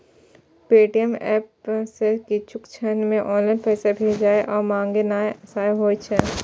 Paytm app सं किछुए क्षण मे ऑनलाइन पैसा भेजनाय आ मंगेनाय आसान होइ छै